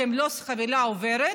שהם לא חבילה עוברת,